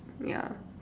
ya